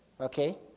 Okay